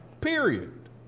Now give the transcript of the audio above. period